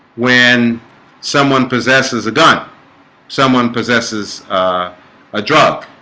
when someone possesses a gun someone possesses a drug